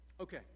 Okay